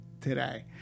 today